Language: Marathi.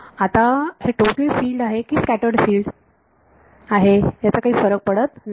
म्हणून आता हे टोटल फिल्ड आहे की स्कॅटर्ड फिल्ड आहे याचा काही फरक पडत नाही